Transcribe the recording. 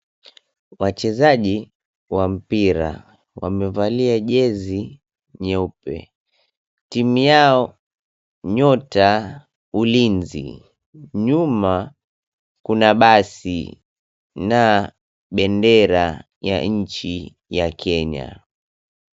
Wachezaji wa mpira wamevalia jezi nyeupe, timu yao. Nyota Ulinzi. Nyuma kuna basi na bendera ya nchi ya Kenya.